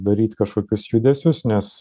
daryt kažkokius judesius nes